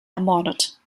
ermordet